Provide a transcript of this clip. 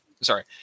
Sorry